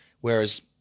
Whereas